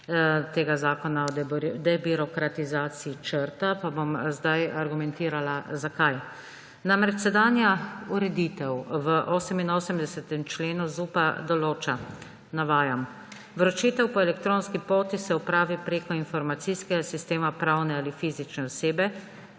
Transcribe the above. člen zakona o debirokratizaciji črta, pa bom zdaj argumentirala, zakaj. Sedanja ureditev v 86. členu ZUP določa, navajam: »Vročitev po elektronski poti se opravi preko informacijskega sistema pravne ali fizične osebe,